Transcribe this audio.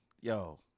yo